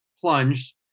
plunged